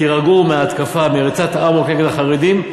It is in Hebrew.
תירגעו מההתקפה, מריצת האמוק נגד החרדים.